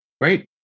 Great